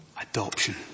Adoption